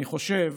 אני חושב